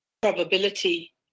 probability